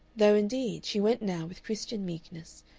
though, indeed, she went now with christian meekness,